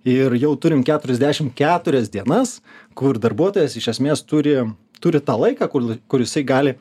ir jau turim keturiasdešimt keturias dienas kur darbuotojas iš esmės turi turi tą laiką kur la kur jisai gali